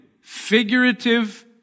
figurative